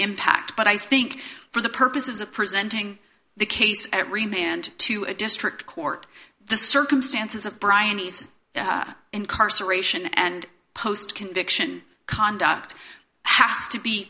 impact but i think for the purposes of presenting the case every man and to a district court the circumstances of brian incarceration and post conviction conduct has to be